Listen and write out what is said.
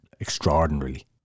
extraordinarily